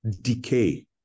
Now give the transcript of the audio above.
decay